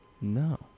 No